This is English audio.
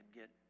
get